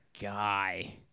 guy